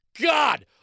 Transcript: God